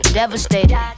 devastated